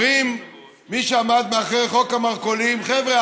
אומרים מי שעמדו מאחורי חוק המרכולים: חבר'ה,